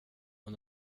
och